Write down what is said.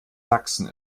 sachsen